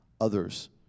others